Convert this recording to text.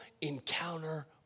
encounter